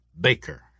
Baker